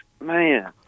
man